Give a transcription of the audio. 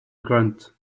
grunt